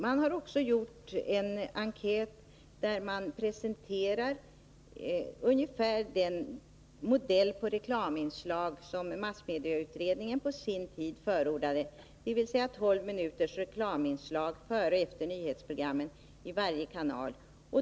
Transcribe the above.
Man har också gjort en enkät där man presenterar ungefär den modell på reklaminslag som massmedieutredningen på sin tid förordade, dvs. tolv minuters reklaminslag före och efter nyhetsprogrammen i varje kanal.